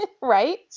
right